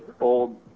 old